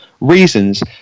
reasons